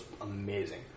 amazing